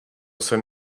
jsem